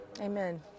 Amen